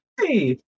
Hey